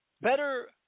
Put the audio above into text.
better